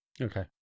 Okay